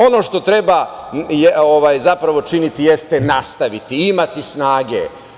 Ono što treba činiti jeste nastaviti, imati snage.